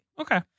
Okay